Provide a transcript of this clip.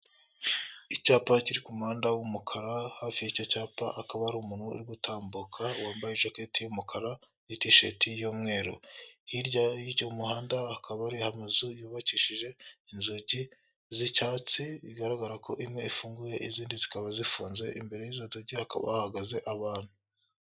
Icyapa kiri ku muhanda w'umukara hafi y'icyo cyapa hakaba hari umuntu uri gutambuka wambaye ijaketi y'umukara ni ti sheti y'umweru, hirya y'umuhanda akaba ari amazu yubakishije inzugi z'icyatsi, bigaragara ko imwe ifunguye izindi zikaba zifunze imbere y'izo nzugi hakaba hahagaze abantu.